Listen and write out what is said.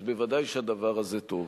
אז ודאי שהדבר הזה טוב.